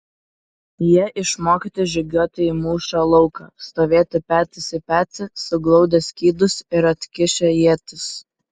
jie išmokyti žygiuoti į mūšio lauką stovėti petys į petį suglaudę skydus ir atkišę ietis